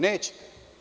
Nećete.